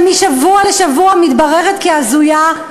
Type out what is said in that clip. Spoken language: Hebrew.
שמשבוע לשבוע מתבררת כהזויה.